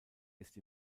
ist